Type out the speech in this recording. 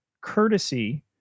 courtesy